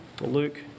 Luke